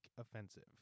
Offensive